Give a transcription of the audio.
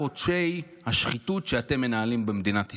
חודשי השחיתות שאתם מנהלים במדינת ישראל.